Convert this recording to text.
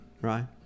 right